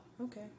okay